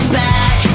back